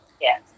Yes